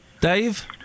Dave